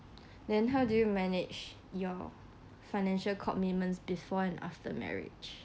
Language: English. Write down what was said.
then how do you manage your financial commitments before and after marriage